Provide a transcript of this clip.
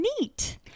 Neat